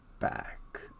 Back